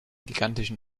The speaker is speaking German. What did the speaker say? gigantischen